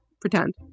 pretend